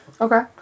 Okay